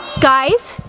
guys?